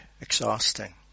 exhausting